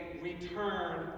return